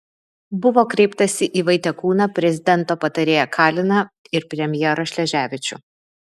buvo kreiptasi į vaitekūną prezidento patarėją kaliną ir premjerą šleževičių